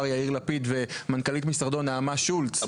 יאיר לפיד ומנכ"לית משרדו נעמה שולץ,